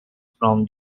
from